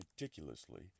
meticulously